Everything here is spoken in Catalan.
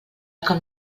com